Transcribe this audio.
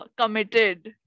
committed